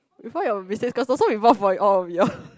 we found your biscuits cause so we bought for all of you all